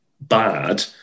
bad